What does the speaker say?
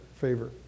favor